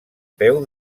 peu